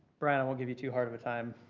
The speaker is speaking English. brian, i won't give you too hard of a time.